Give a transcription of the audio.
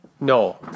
No